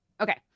Okay